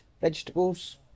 vegetables